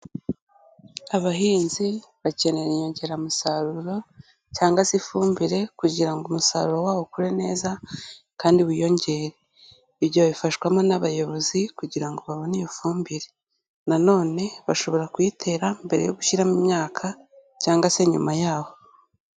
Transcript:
Abahinzi bakenera inyongeramusaruro cyangwa se ifumbire kugira ngo umusaruro wabo ukure neza kandi wiyongere, ibyo babifashwamo n'abayobozi kugira ngo babone iyo fumbire, nanone bashobora kuyitera mbere yo gushyiramo imyaka cyangwa se nyuma yaho.